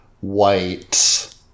white